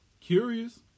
curious